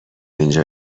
اینجا